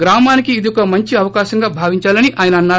గ్రామానికి ఇది ఒక మంచి అవకాశంగా భావించాలని ఆయన అన్నారు